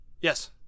Yes